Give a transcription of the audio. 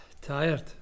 Tired